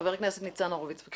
חבר הכנסת ניצן הורוביץ, בבקשה.